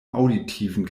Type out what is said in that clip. auditiven